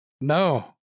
No